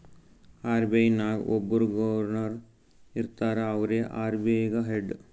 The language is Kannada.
ಆರ್.ಬಿ.ಐ ನಾಗ್ ಒಬ್ಬುರ್ ಗೌರ್ನರ್ ಇರ್ತಾರ ಅವ್ರೇ ಆರ್.ಬಿ.ಐ ಗ ಹೆಡ್